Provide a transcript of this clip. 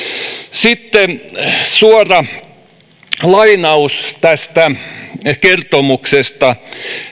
sitten suora lainaus tästä kertomuksesta